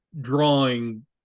drawing